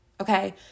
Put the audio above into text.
Okay